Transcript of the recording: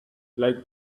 like